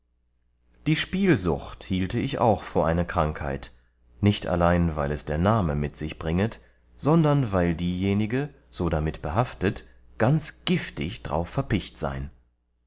die spielsucht hielte ich auch vor eine krankheit nicht allein weil es der name mit sich bringet sondern weil diejenige so damit behaftet ganz giftig darauf verpicht sein